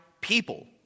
people